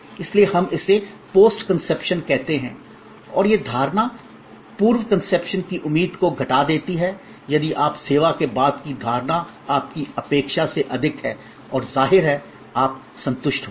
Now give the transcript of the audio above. इसलिए हम इसे पोस्ट कन्सेप्शन कहते हैं और यह धारणा पूर्व कन्सेप्शन की उम्मीद को घटा देती है यदि आप सेवा के बाद की धारणा आपकी अपेक्षा से अधिक है जाहिर है आप संतुष्ट होंगे